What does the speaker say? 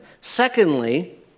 Secondly